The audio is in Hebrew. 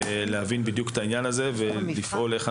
להבין בדיוק את העניין הזה ולפעול כדי